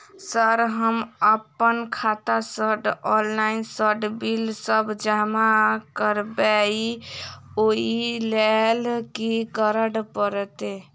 Sir हम अप्पन खाता सऽ ऑनलाइन सऽ बिल सब जमा करबैई ओई लैल की करऽ परतै?